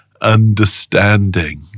understanding